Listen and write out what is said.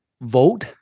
vote